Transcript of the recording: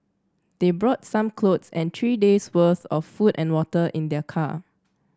they brought some clothes and three days worth of food and water in their car